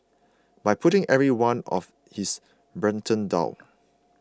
by putting every one of his brethren down